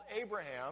Abraham